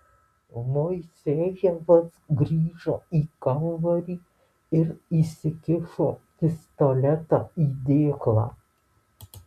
moisejevas grįžo į kambarį ir įsikišo pistoletą į dėklą